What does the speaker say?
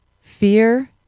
Fear